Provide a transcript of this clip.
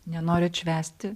nenori švęsti